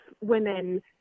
women